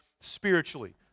spiritually